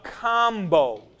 combos